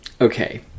Okay